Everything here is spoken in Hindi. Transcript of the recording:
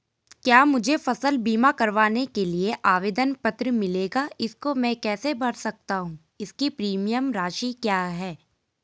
क्या मुझे फसल बीमा करवाने के लिए आवेदन पत्र मिलेगा इसको मैं कैसे भर सकता हूँ इसकी प्रीमियम राशि क्या है?